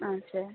on say